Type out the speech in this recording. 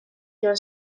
joan